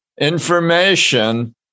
information